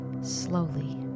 slowly